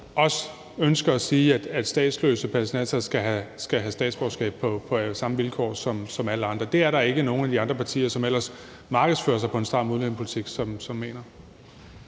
også ønsker at sige, at statsløse palæstinensere skal have statsborgerskab på samme vilkår som alle andre. Det er der ikke nogen af de andre partier, som ellers markedsfører sig på en stram udlændingepolitik, der mener.